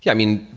yeah i mean,